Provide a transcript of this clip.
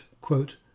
quote